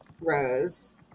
rose